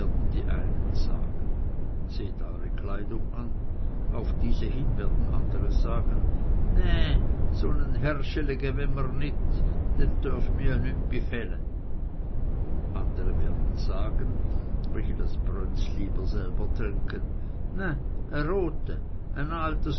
die einen sagen sehet euere kleidung an auf diese hin werden andere sagen ne so n e herrschelige we mr nit dem dörft me ja nüt bifehle andere werden sagen welche das brönz lieber selber trinken